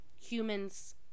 humans